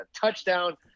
touchdown